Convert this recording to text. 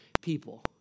people